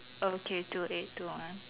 okay two eight two one